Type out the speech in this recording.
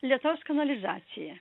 lietaus kanalizacija